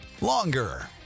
longer